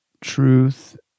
truth